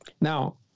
Now